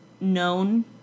known